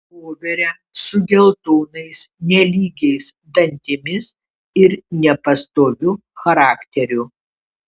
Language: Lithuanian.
voverę su geltonais nelygiais dantimis ir nepastoviu charakteriu